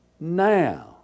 now